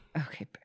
Okay